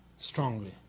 Strongly